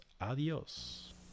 adios